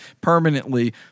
permanently